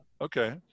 Okay